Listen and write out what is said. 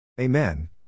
Amen